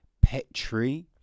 Petri